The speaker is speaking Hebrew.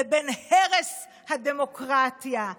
לבין הרס הדמוקרטיה?